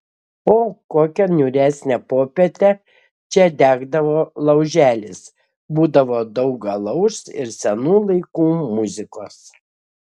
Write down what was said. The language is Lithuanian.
o kokią niūresnę popietę čia degdavo lauželis būdavo daug alaus ir senų laikų muzikos